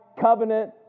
covenant